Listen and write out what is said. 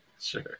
sure